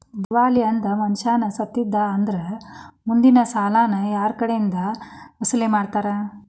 ದಿವಾಳಿ ಅದ್ ಮನಷಾ ಸತ್ತಿದ್ದಾ ಅಂದ್ರ ಮುಂದಿನ್ ಸಾಲಾನ ಯಾರ್ಕಡೆಇಂದಾ ವಸೂಲಿಮಾಡ್ತಾರ?